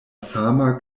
sama